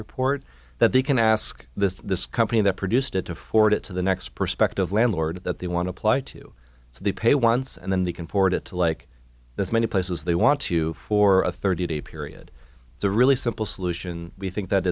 report that they can ask the company that produced it to forward it to the next perspective landlord that they want to apply to so they pay once and then they can port it to like this many places they want to for a thirty day period it's a really simple solution we think that